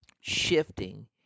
shifting